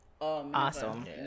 Awesome